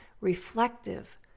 reflective